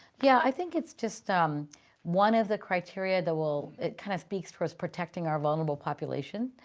yeah, i think it's just um one of the criteria that will, it kind of speaks to us protecting our vulnerable population,